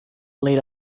late